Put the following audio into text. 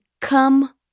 come